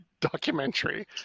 documentary